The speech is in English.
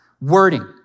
wording